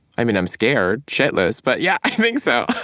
i mean, i'm scared shitless, but yeah i think so